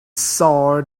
saw